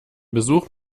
besuch